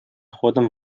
ходом